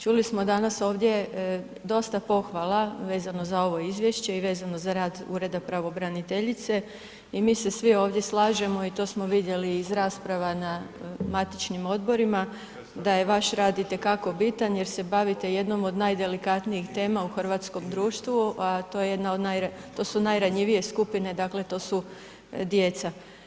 Čuli smo danas ovdje dosta pohvala vezano za ovo izvješće i vezano za rad Ureda pravobraniteljice i mi se svi ovdje slažemo i to smo vidjeli iz rasprava na matičnim odborima da je vaš rad itekako bitan jer se bavite jednom od najdelikatnijih tema u hrvatskom društvu, a to je jedna od, to su najranjivije skupine, dakle, to su djeca.